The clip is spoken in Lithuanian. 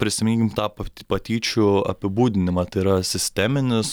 prisiminkim tą pa patyčių apibūdinimą tai yra sisteminis